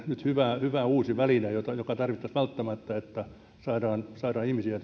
nyt hyvä uusi väline joka tarvittaisiin välttämättä että saadaan saadaan ihmisiä